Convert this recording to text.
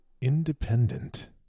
independent